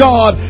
God